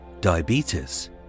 diabetes